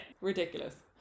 ridiculous